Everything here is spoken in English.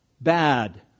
bad